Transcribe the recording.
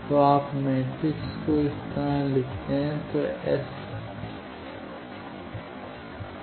तो आप मैट्रिक्स को इस तरह लिखते हैं तो S